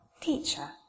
Teacher